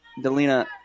Delina